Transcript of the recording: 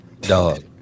Dog